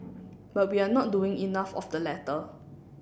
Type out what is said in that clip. but we are not doing enough of the latter